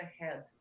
ahead